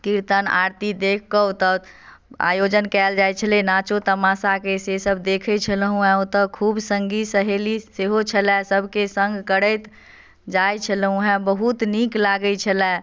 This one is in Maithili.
कीर्तन आरती देख क ओतऽ आयोजन कयल जाइ छलय नाचो तमाशा के से सब देखै छलहुॅं हँ ओतऽ खूब संगी सहेली सेहो छलय सबके संग करैत जाइ छलहुॅं हँ बहुत नीक लागै छलय